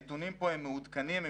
הנתונים פה הם מעודכנים,